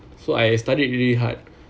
so I studied really hard